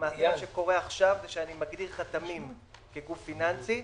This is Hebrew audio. אני מגדיר חתמים כגוף פיננסי,